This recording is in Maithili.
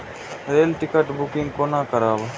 रेल टिकट बुकिंग कोना करब?